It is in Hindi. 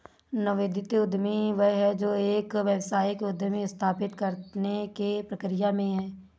नवोदित उद्यमी वह है जो एक व्यावसायिक उद्यम स्थापित करने की प्रक्रिया में है